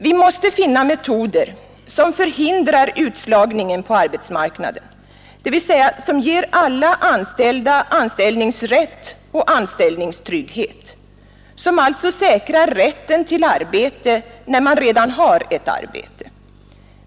Vi måste finna metoder som förhindrar utslagningen på arbetsmarknaden, dvs. som ger alla anställda anställningsrätt och anställningstrygghet, som alltså säkrar rätten till arbete när man redan har ett arbete.